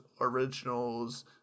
originals